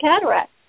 cataract